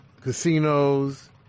casinos